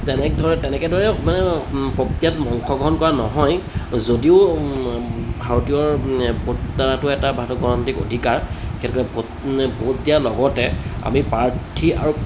তেনেদৰে তেনেকৈ দৰে মানে প্ৰক্ৰিয়াত অংশগ্ৰহণ কৰা নহয় যদিও ভাৰতীয় প্ৰত্যাৰাটো এটা গণতান্ত্ৰিক অধিকাৰ সেইটো কাৰণে ভো ভোট দিয়াৰ লগতে আমি প্ৰাৰ্থী আৰু